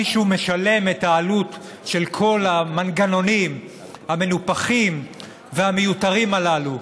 מישהו משלם את העלות של כל המנגנונים המנופחים והמיותרים הללו,